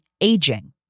aging